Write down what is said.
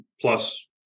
plus